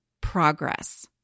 progress